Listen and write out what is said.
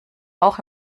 auch